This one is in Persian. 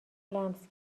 لمس